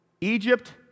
Egypt